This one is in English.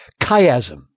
chiasm